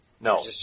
No